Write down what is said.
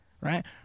right